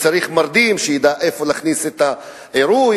צריך מרדים שידע איפה להכניס את העירוי,